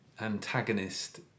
antagonist